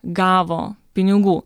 gavo pinigų